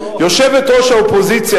יושבת-ראש האופוזיציה,